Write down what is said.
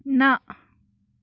نَہ